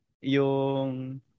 Yung